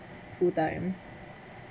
full time